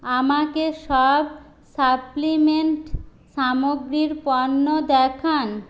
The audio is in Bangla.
আমাকে সব সাপ্লিমেন্ট সামগ্রীর পণ্য দেখান